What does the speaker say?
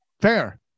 Fair